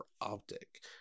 optic